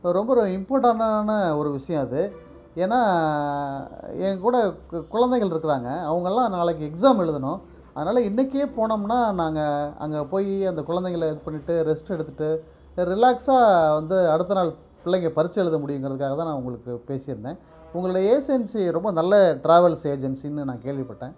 ரொம்ப ஒரு இம்ப்போர்ட்டானனான விஷயம் அது ஏன்னா என்கூட கு குழந்தைகள் இருக்கிறாங்க அவங்கள்லாம் நாளைக்கு எக்ஸாம் எழுதணும் அதனால் இன்றைக்கே போகனோம்னா நாங்கள் அங்கே போய் அந்த குழந்தைங்கள இது பண்ணிட்டு ரெஸ்ட் எடுத்துட்டு ரிலாக்ஸாக வந்து அடுத்த நாள் பிள்ளைங்க பரிட்சை எழுத முடியுங்கிறதுக்காக தான் நான் உங்களுக்கு பேசியிருந்தேன் உங்களுடைய ஏஸென்சி ரொம்ப நல்ல ட்ராவல்ஸ் ஏஜென்சின்னு நான் கேள்விப்பட்டேன்